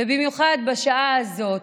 ובמיוחד בשעה הזאת,